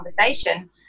conversation